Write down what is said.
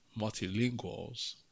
multilinguals